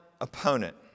opponent